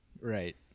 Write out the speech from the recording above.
right